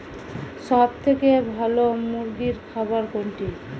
সবথেকে ভালো মুরগির খাবার কোনটি?